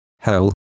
hell